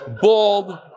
bald